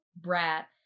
brat